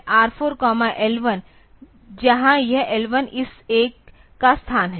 तो DJNZ R4L1 जहां यह L1 इस एक का स्थान है